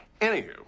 Anywho